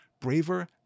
braver